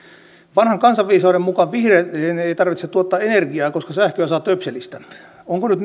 vanhan kansanviisauden mukaan vihreiden ei ei tarvitse tuottaa energiaa koska sähköä saa töpselistä onko nyt